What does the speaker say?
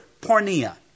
pornea